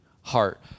heart